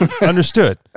understood